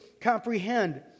comprehend